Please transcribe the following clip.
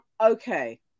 okay